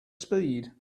speed